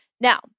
Now